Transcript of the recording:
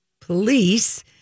police